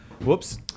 Whoops